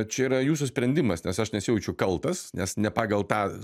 čia yra jūsų sprendimas nes aš nesijaučiu kaltas nes ne pagal tą